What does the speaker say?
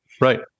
Right